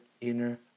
inner